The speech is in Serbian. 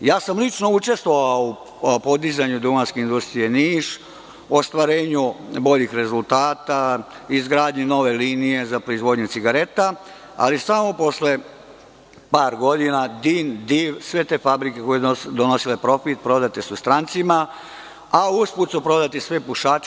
Lično sam učestvovao u podizanju Duvanske industrije Niš, ostvarenju boljih rezultata, izgradnji nove linije za proizvodnju cigareta, ali samo posle par godina DIN, DIV, sve te fabrike koje su donosile profit, prodate su strancima, a usput su prodati svi pušači.